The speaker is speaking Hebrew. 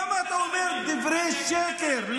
למה אתה אומר דברי שקר?